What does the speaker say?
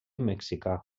mexicà